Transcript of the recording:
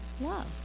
love